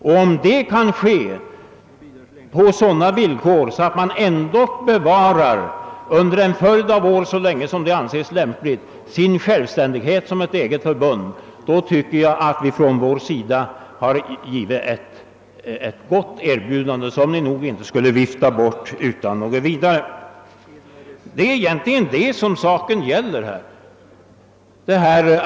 Om en sammanslagning kan ske på sådana villkor att ni så länge som det anses lämpligt bevarar er självständighet som eget förbund, tycker jag att vi från vår sida har givit ett gott erbjudande, som ni inte utan vidare borde vifta bort. Det är egentligen det som saken gäller.